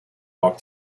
walk